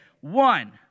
One